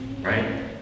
right